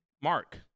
Mark